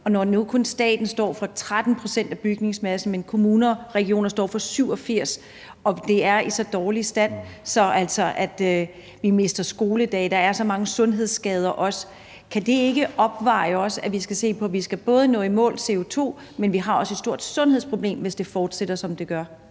Og når nu staten kun står for 13 pct. af bygningsmassen, men kommuner og regioner står for 87 pct. og den er i så dårlig stand, at vi altså mister skoledage, og der også er mange sundhedsskader, vejer det så ikke også, at vi skal se på, at vi både skal nå i mål i forhold til CO2, men at vi også har et stort sundhedsproblem, hvis det fortsætter som det gør?